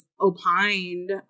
opined